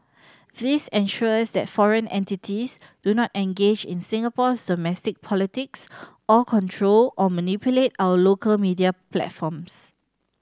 this ensures that foreign entities do not engage in Singapore's domestic politics or control or manipulate our local media platforms